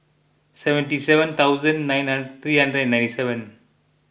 seventy seven thousand nine nine three hundred and ninety seven